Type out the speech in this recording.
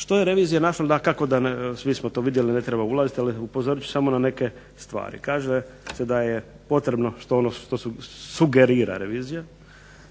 Što je revizija našla dakako da svi smo to vidjeli ne treba ulaziti, ali upozoriti ću samo na neke stvari, kaže se da je potrebno ono što sugerira revizija